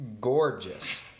gorgeous